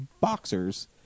boxers